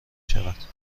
شود